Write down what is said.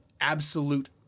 absolute